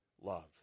love